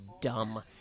dumb